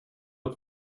upp